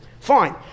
Fine